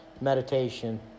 meditation